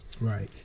Right